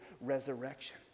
resurrection